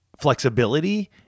flexibility